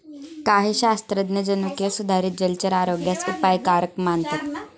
काही शास्त्रज्ञ जनुकीय सुधारित जलचर आरोग्यास अपायकारक मानतात